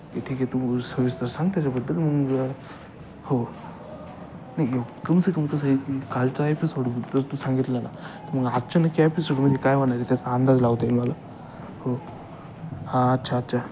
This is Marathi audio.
ओक्के ठीक आहे तू सविस्तर सांग त्याच्याबद्दल मग हो नाही येव कम से कम कसं आहे की कालचा एपिसोडबद्दल तू सांगितलं ना मग आजच्या नाही का एपिसोडमध्ये काय होणार आहे त्याचा अंदाज लावता येईल मला हो हां अच्छा अच्छा